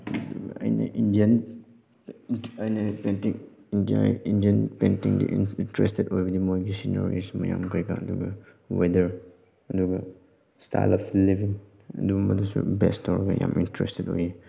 ꯑꯗꯨꯕꯨ ꯑꯩꯅ ꯏꯟꯗꯤꯌꯥꯟ ꯑꯩꯅ ꯄꯦꯟꯇꯤꯡ ꯏꯟꯗꯤꯌꯥꯟ ꯄꯦꯅꯇꯤꯡꯗ ꯏꯟꯇꯔꯦꯁꯇꯦꯠ ꯑꯣꯏꯕꯗꯤ ꯃꯣꯏꯒꯤ ꯁꯤꯅꯔꯤꯁ ꯃꯌꯥꯝ ꯀꯔꯤꯀꯔꯥ ꯃꯌꯥꯝ ꯑꯗꯨꯒ ꯋꯦꯗꯔ ꯑꯗꯨꯒ ꯏꯁꯇꯥꯏꯜ ꯑꯣꯐ ꯂꯤꯕꯤꯡ ꯑꯗꯨꯝꯕꯗꯨꯁꯨ ꯕꯦꯖ ꯇꯧꯔꯒ ꯌꯥꯝ ꯏꯟꯇꯔꯦꯁꯇꯦꯠ ꯑꯣꯏꯌꯦ